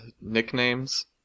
nicknames